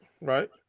right